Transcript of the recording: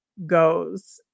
Goes